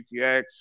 GTX